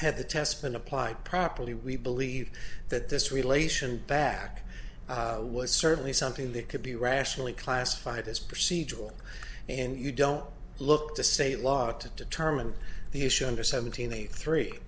had the test been applied properly we believe that this relation back was certainly something that could be rationally classified as procedural and you don't look to say law to determine the issue under seventeen the three